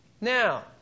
Now